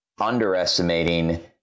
underestimating